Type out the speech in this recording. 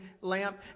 lamp